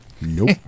Nope